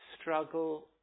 struggle